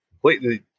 completely